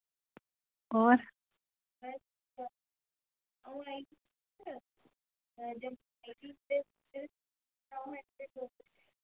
होर